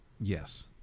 Yes